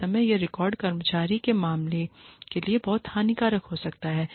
उस समय ये रिकॉर्ड कर्मचारी के मामले के लिए बहुत हानिकारक हो सकते हैं